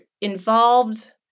involved